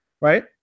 right